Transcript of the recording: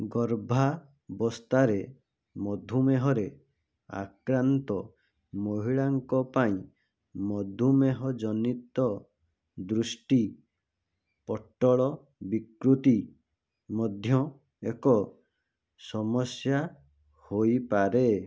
ଗର୍ଭାବସ୍ଥାରେ ମଧୁମେହରେ ଆକ୍ରାନ୍ତ ମହିଳାଙ୍କ ପାଇଁ ମଧୁମେହଜନିତ ଦୃଷ୍ଟି ପଟ୍ଟଳ ବିକୃତି ମଧ୍ୟ ଏକ ସମସ୍ୟା ହୋଇପାରେ